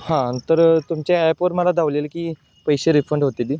हां तर तुमच्या ॲपवर मला दाखवलेलं की पैसे रिफंड होतील